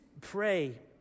pray